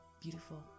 Beautiful